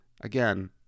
Again